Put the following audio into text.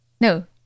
No